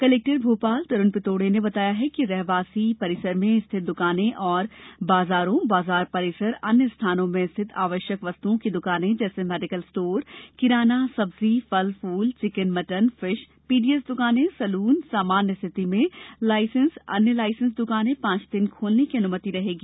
collector Bhopal Tarun Pithode ने बताया कि रहवासी परिसर में स्थित दुकानें और बाजारों बाजार परिसर अन्य स्थानों में स्थित आवश्यक वस्तुओं की दुकाने जैसे मेडीकल स्टोर किराना सब्जी फल फूल चिकन मटन फिश पीडीएस दुकानें सैलून सामान्य स्थिति में लाइसेंस अन्य लाइसेंस दुकानें पांच दिन खोलने की अनुमति रहेगी